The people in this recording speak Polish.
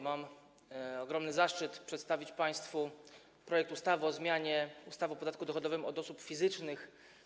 Mam ogromny zaszczyt przedstawić państwu projekt ustawy o zmianie ustawy o podatku dochodowym od osób fizycznych.